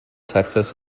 texas